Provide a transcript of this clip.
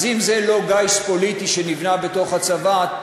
אז אם זה לא גיס פוליטי שנבנה בתוך הצבא,